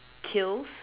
kills